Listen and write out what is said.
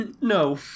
no